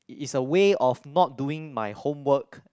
it is a way of not doing my homework